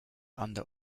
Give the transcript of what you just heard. under